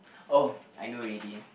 oh I know already